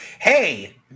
hey